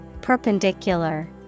Perpendicular